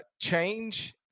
change